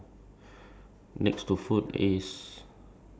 cause food is like the most important thing also [what] ya